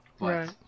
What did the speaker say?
Right